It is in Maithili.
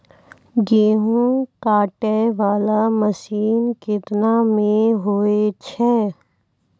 गेहूँ काटै वाला मसीन केतना मे होय छै?